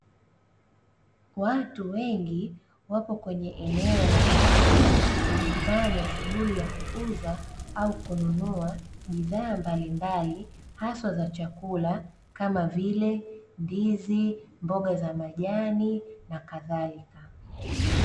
Watu wengi wako kwenye eneo la soko, wakifanya shughuli ya kuuza au kununua bidhaa mbalimbali, haswa za chakula kama vile ndizi, mboga za majani na kadhalika.